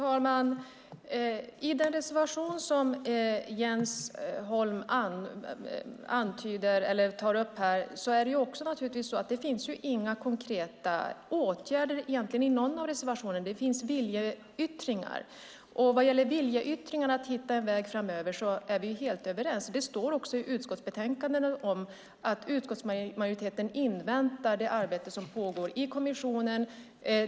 Fru talman! Det finns inga förslag till konkreta åtgärder i någon av reservationerna. Det finns viljeyttringar. Vad gäller viljeyttringen om att hitta en väg framåt är vi helt överens. Det står också i utskottsbetänkandena att utskottsmajoriteten inväntar det arbete som pågår i kommissionen.